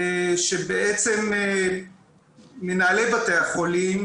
שבעצם מנהלי בתי החולים